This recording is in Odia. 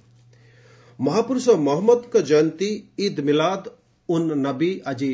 ଇଦ୍ ମିଲାଦ୍ ଉନ୍ ନବୀ ମହାପୁରୁଷ ମହଞ୍ଜଦଙ୍କ ଜୟନ୍ତୀ ଇଦ୍ ମିଲାଦ୍ ଉନ୍ ନବୀ ଆଜି